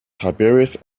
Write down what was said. tiberius